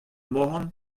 mohan